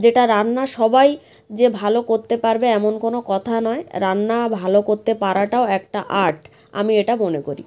যেটা রান্না সবাই যে ভালো করতে পারবে এমন কোনো কথা নয় রান্না ভালো করতে পারাটাও একটা আর্ট আমি এটা মনে করি